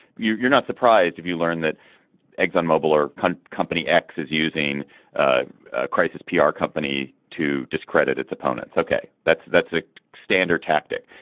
you're you're not surprised if you learn that exxon mobile or kind of company x is using crisis pr company to discredit its opponents. ok. that's that's a standard tactic.